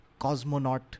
cosmonaut